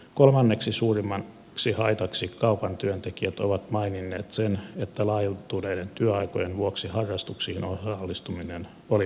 kolmanneksi suurimmaksi haitaksi kaupan työntekijät ovat maininneet sen että laajentuneiden työaikojen vuoksi harrastuksiin osallistuminen oli mahdotonta